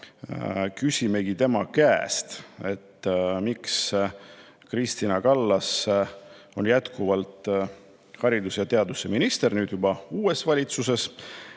Küsimegi tema käest, miks Kristina Kallas on jätkuvalt haridus- ja teadusminister, nüüd juba uues valitsuses,